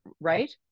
right